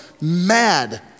mad